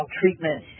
treatment